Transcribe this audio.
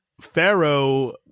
Pharaoh